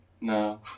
no